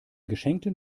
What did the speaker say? geschenkten